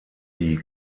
die